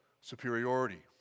superiority